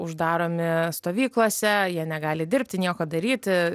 uždaromi stovyklose jie negali dirbti nieko daryti